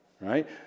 Right